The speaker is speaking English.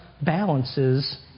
balances